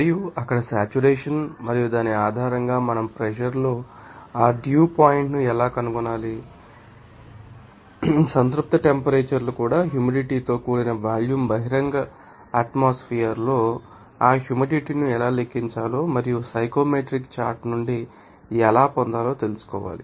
మరియు అక్కడ సాచురేషన్ మరియు దాని ఆధారంగా మనం ప్రెషర్ లో ఆ డ్యూ పాయింట్ ను ఎలా కనుగొనాలో పొందాలి సంతృప్త టెంపరేచర్ లు కూడా హ్యూమిడిటీ తో కూడిన వాల్యూమ్ బహిరంగ ఆటోమాస్ఫెర్ ంలో ఆ హ్యూమిడిటీ ను ఎలా లెక్కించాలో మరియు సైకోమెట్రిక్ చార్ట్ నుండి ఎలా పొందాలో తెలుసుకోవాలి